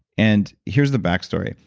and here's the back story,